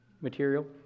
material